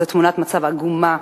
זאת תמונת מצב עגומה,